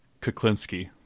Kuklinski